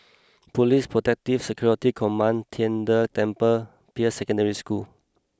Police Protective Security Command Tian De Temple Peirce Secondary School